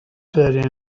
sit